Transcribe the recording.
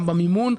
גם במימון,